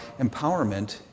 empowerment